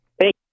Thank